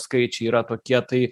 skaičiai yra tokie tai